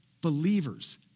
believers